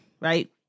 right